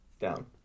Down